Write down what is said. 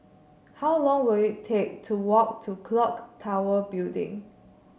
how long will it take to walk to clock Tower Building